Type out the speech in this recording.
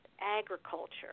agriculture